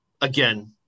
Again